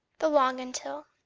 the long until!